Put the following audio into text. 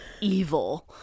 evil